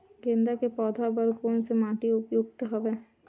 गेंदा के पौधा बर कोन से माटी उपयुक्त हवय?